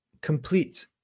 complete